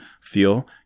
feel